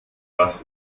das